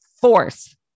force